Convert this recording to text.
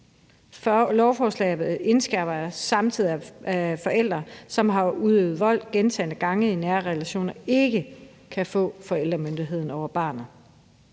for lovforslaget indskærper samtidig, at forældre, som har udøvet vold gentagne gange i nære relationer, ikke kan få forældremyndigheden over barnet.